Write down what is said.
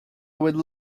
would